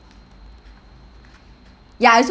ya I also